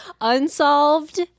unsolved